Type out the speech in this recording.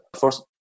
first